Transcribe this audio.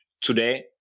today